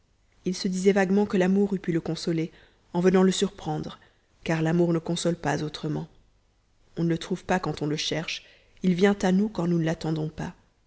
il se disait vaguement que l'amour eût pu le consoler en venant le surprendre car l'amour ne console pas autrement on ne le trouve pas quand on le cherche il vient à nous quand nous ne l'attendons pas